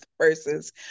versus